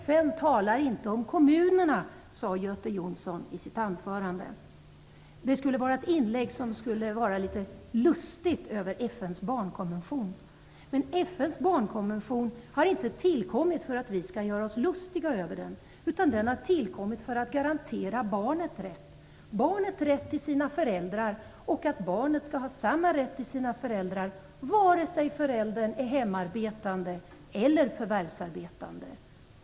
FN talar inte om kommunerna, sade Göte Jonsson i sitt anförande. Han ville därmed i sitt inlägg göra sig litet lustig över FN:s barnkonvention, men FN:s barnkonvention har inte tillkommit för att vi skall göra oss lustiga över den, utan den har tillkommit för att garantera barnet rätt till sina föräldrar, för att barnet skall ha samma rätt till sina föräldrar vare sig föräldrarna är hemarbetande eller förvärvsarbetande.